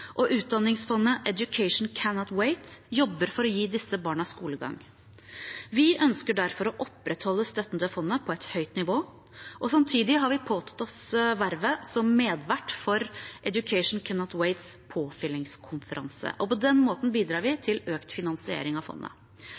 Utdanningsfondet Education Cannot Wait jobber for å gi disse barna skolegang. Vi ønsker derfor å opprettholde støtten til fondet på et høyt nivå, og samtidig har vi påtatt oss vervet som medvert for påfyllingskonferansen til Education Cannot Wait. På den måten bidrar vi til økt finansiering av fondet.